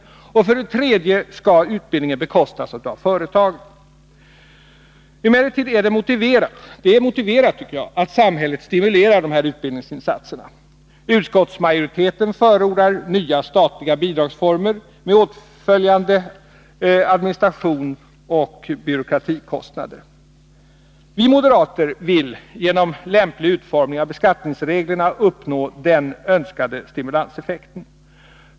För det tredje skall utbildningen bekostas av företagen. Jag tycker att det är motiverat att samhället stimulerar dessa utbildningsinsatser. Utskottsmajoriteten förordar nya statliga bidragsformer med åtföljande administration och byråkratikostnader. Vi moderater vill genom lämplig utformning av beskattningsreglerna uppnå den önskade stimulanseffekten.